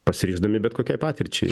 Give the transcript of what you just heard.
pasiryždami bet kokia patirčiai